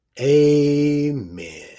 Amen